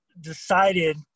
decided